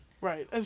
Right